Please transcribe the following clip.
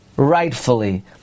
rightfully